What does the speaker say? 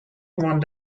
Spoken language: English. one